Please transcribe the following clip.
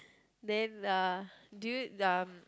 then uh do you um